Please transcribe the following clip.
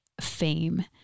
fame